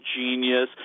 genius